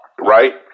right